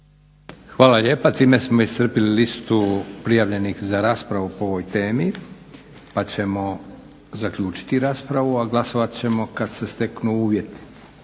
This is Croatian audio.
Hvala lijepa. Time smo iscrpili listu prijavljenih za raspravu po ovoj temi pa ćemo zaključiti raspravu. Glasovat ćemo kad se steknu uvjeti.